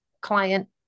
client